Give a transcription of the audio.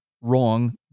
wrong